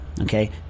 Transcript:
Okay